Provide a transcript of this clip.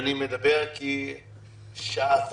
אני מדבר שעה ורבע,